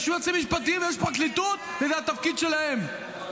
יש יועצים משפטיים ויש פרקליטות, וזה התפקיד שלהם.